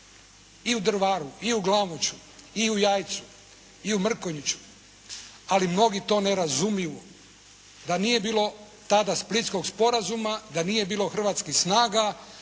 i u Drvaru i u Glamuču i u Jajcu i u Mrkonjiću, ali mnogi to ne razumiju, da nije bilo tada splitskog sporazuma, da nije bilo hrvatskih snaga